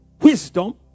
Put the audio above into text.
wisdom